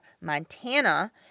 Montana